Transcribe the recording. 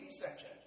section